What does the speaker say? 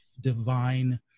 divine